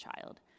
child